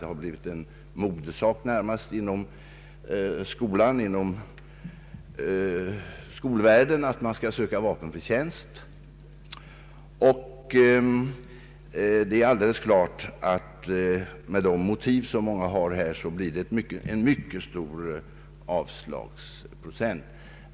Det har blivit en modesak närmast inom skolvärlden att söka vapenfri tjänst, och det är alldeles klart att med de motiv som många har blir det en mycket hög avslagsprocent.